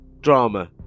Drama